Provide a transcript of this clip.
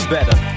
Better